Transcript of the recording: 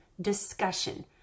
discussion